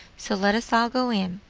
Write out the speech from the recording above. so let us all go in.